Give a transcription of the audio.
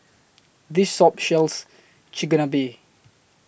This soap Shells Chigenabe